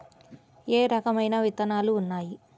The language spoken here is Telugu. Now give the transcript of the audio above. ఏ రకమైన విత్తనాలు ఉన్నాయి?